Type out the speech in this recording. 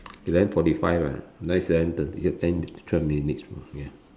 eleven forty five ah now is eleven thirty ten to twelve minutes ya